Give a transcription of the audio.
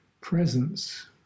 presence